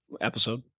episode